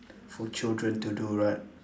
for children to do right